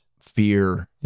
fear